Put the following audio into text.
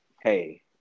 hey